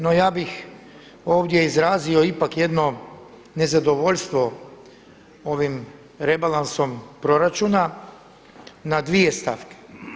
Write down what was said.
No, ja bih ovdje izrazio ipak jedno nezadovoljstvo ovim rebalansom proračuna na dvije stavke.